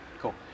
cool